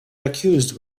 accused